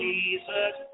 Jesus